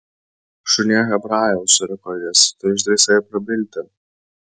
šunie hebrajau suriko jis tu išdrįsai prabilti